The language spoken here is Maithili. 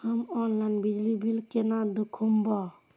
हम ऑनलाईन बिजली बील केना दूखमब?